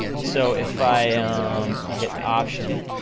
so if i hit option,